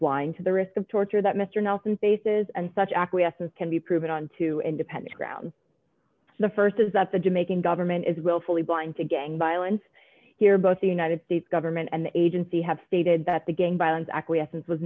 blind to the risk of torture that mr nelson faces and such acquiescence can be proven on two independent ground the st is that the jamaican government is willfully blind to gang violence here both the united states government and the agency have stated that the gang violence acquiescence was